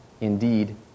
indeed